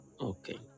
okay